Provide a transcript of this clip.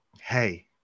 Hey